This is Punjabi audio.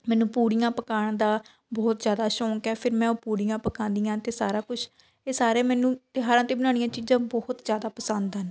ਮੈਨੂੰ ਪੂੜੀਆਂ ਪਕਾਉਣ ਦਾ ਬਹੁਤ ਜ਼ਿਆਦਾ ਸ਼ੌਂਕ ਹੈ ਫਿਰ ਮੈਂ ਉਹ ਪੂੜੀਆਂ ਪਕਾਨੀ ਹਾਂ ਅਤੇ ਸਾਰਾ ਕੁਝ ਅਤੇ ਸਾਰੇ ਮੈਨੂੰ ਤਿਉਹਾਰਾਂ 'ਤੇ ਬਣਾਉਣੀਆਂ ਚੀਜ਼ਾਂ ਬਹੁਤ ਜ਼ਿਆਦਾ ਪਸੰਦ ਹਨ